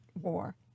war